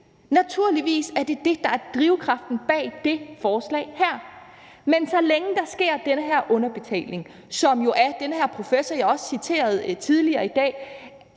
Naturligvis er det det, der er drivkraften bag det forslag her. Men så længe der sker den underbetaling, som jo den her professor, jeg også citerede tidligere i dag,